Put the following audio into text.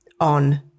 on